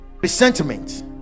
resentment